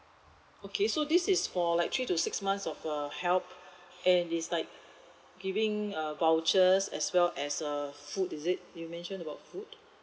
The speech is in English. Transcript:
okay so this is for like three to six months of uh help and is like giving uh vouchers as well as uh food is it you mentioned about food